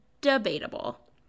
Debatable